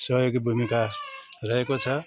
सहयोगी भूमिका रहेको छ